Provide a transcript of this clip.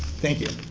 thank you.